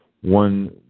one